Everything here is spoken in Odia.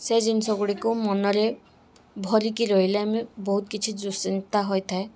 ସେ ଜିନିଷ ଗୁଡ଼ିକୁ ମନରେ ଭରିକି ରହିଲେ ଆମେ ବହୁତ କିଛି ଦୁଃଶ୍ଚିନ୍ତା ହୋଇଥାଏ